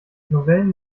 novellen